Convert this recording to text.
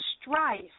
strife